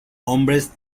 hombres